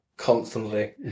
constantly